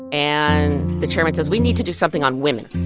and the chairman says, we need to do something on women.